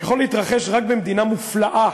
יכול להתרחש רק במדינה מופלאה